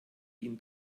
ihn